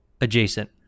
Adjacent